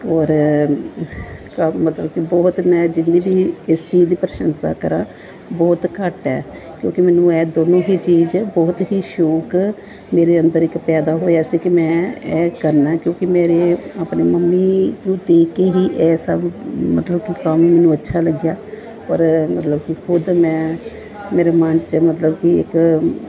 ਓਰ ਭਾਵ ਮਤਲਬ ਕਿ ਬਹੁਤ ਮੈਂ ਜਿੰਨੀ ਵੀ ਇਸ ਚੀਜ਼ ਦੀ ਪ੍ਰਸ਼ੰਸਾ ਕਰਾਂ ਬਹੁਤ ਘੱਟ ਹੈ ਕਿਉਂਕਿ ਮੈਨੂੰ ਇਹ ਦੋਨੋਂ ਹੀ ਚੀਜ਼ ਬਹੁਤ ਹੀ ਸ਼ੌਕ ਮੇਰੇ ਅੰਦਰ ਇੱਕ ਪੈਦਾ ਹੋਇਆ ਸੀ ਕਿ ਮੈਂ ਇਹ ਕਰਨਾ ਕਿਉਂਕਿ ਮੇਰੇ ਆਪਣੇ ਮੰਮੀ ਨੂੰ ਦੇਖ ਕੇ ਹੀ ਇਹ ਸਭ ਮਤਲਬ ਕਿ ਕੰਮ ਮੈਨੂੰ ਅੱਛਾ ਲੱਗਿਆ ਔਰ ਮਤਲਬ ਕਿ ਖੁਦ ਮੈਂ ਮੇਰਾ ਮਨ 'ਚ ਮਤਲਬ ਕਿ ਇੱਕ